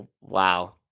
Wow